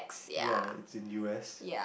ya it's in U_S